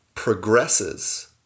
progresses